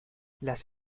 las